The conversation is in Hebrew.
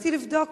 ורציתי לבדוק,